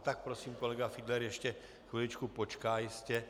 Tak prosím, kolega Fiedler ještě chviličku počká, jistě.